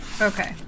Okay